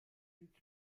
its